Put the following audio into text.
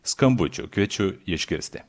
skambučių kviečiu išgirsti